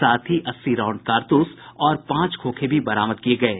साथ ही अस्सी राउंड कारतूस और पांच खोखे भी बरामद किये गये